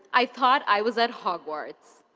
i thought i was at hogwarts.